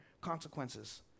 consequences